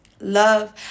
Love